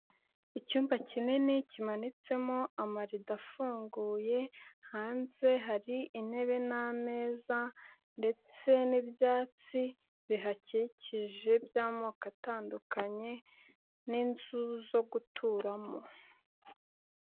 Icyumba kinini kimanitsemo amarido afunguye, hanze hari intebe n'ameza ndetse n'ibyatsi bihakikije by'amoko atandukanye n'inzu zo guturamo.